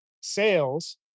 sales